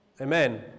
Amen